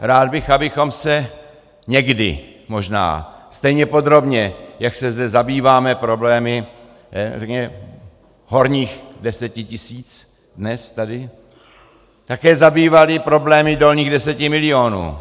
Rád bych, abychom se někde, možná stejně podrobně, jak se zde zabýváme problémy řekněme horních deseti tisíc dnes tady, také zabývali problémy dolních deseti milionů.